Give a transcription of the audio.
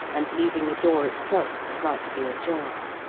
and leaving the door itself slightly ajar.